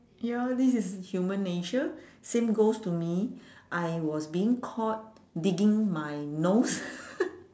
ya this is human nature same goes to me I was being caught digging my nose